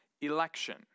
election